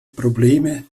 probleme